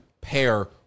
pair